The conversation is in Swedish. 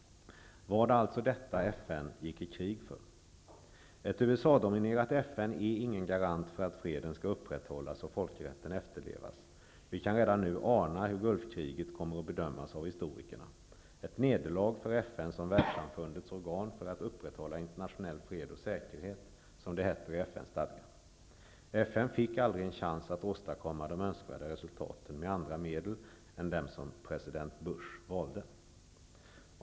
Var det alltså detta som FN gick i krig för? Ett USA-dominerat FN är ingen garant för att freden skall upprätthållas och folkrätten efterlevas. Vi kan redan nu ana hur Gulfkriget kommer att bedömas av historikerna: ett nederlag för FN som världssamfundets organ för att ''upprätthålla internationell fred och säkerhet'', som det heter i FN fick aldrig en chans att åstadkomma de önskvärda resultaten med andra medel än dem som president Bush valde.